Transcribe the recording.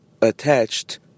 attached